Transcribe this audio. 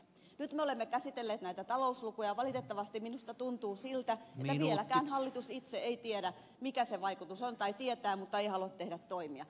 nyt me olemme käsitelleet näitä talouslukuja ja valitettavasti minusta tuntuu siltä että vieläkään hallitus itse ei tiedä mikä se vaikutus on tai tietää mutta ei halua toimia